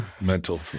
mental